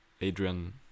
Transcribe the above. Adrian